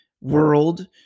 world